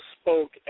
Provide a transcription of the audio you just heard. spoke